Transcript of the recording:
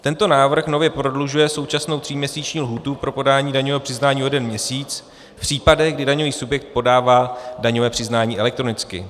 Tento návrh nově prodlužuje současnou tříměsíční lhůtu pro podání daňového přiznání o jeden měsíc v případech, kdy daňový subjekt podává daňové přiznání elektronicky.